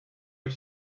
but